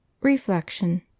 reflection